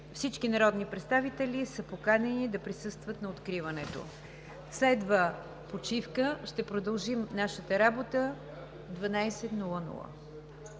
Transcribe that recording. Всички народни представители са поканени да присъстват на откриването. Следва почивка. Ще продължим нашата работа в 12,00